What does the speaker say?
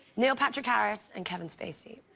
neil patrick harris and kevin spacey.